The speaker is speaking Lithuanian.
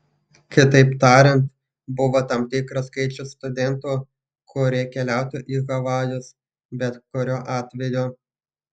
kitaip tariant buvo tam tikras skaičius studentų kurie keliautų į havajus bet kuriuo atveju